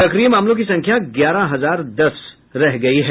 सक्रिय मामलों की संख्या ग्यारह हजार दस रह गयी है